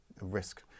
risk